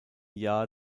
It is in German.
jahr